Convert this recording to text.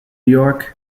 york